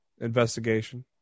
investigation